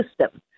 system